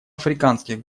африканских